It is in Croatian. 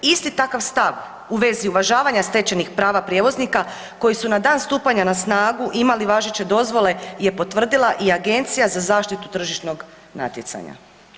Isti takav stav u vezi uvažavanja stečenih prava prijevoznika koji su na dan stupanja na snagu imali važeće dozvole je potvrdila i Agencija za zaštitu tržišnog natjecanja.